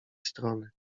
strony